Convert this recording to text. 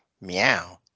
Meow